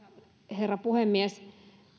herra puhemies